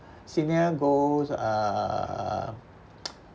senior goes uh